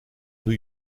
new